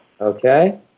Okay